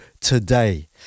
today